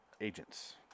agents